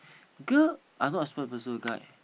girl are not suppose to pursuit guy